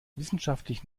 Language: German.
wissenschaftlich